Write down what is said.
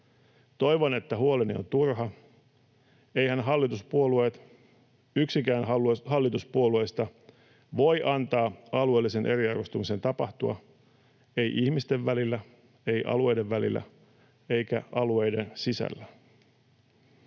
Toivon, että huoleni on turha. Eiväthän hallituspuolueet, yksikään hallituspuolueista, voi antaa alueellisen eriarvoistumisen tapahtua, eivät ihmisten välillä, eivät alueiden välillä eivätkä alueiden sisällä.